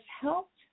helped